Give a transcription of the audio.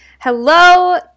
Hello